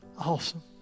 awesome